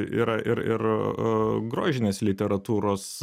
yra ir ir grožinės literatūros